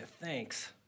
thanks